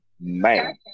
Man